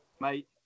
Mate